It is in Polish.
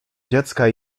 dziecka